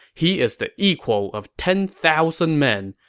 he is the equal of ten thousand men.